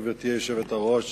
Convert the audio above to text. גברתי היושבת-ראש,